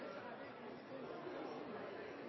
Så det er